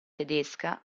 tedesca